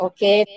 Okay